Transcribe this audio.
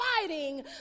fighting